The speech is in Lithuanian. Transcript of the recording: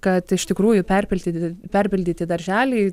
kad iš tikrųjų perpildyti perpildyti darželiai